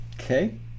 Okay